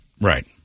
right